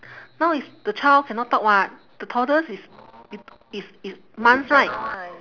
now is the child cannot talk [what] the toddler is is is is months right